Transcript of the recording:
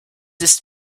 ist